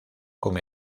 con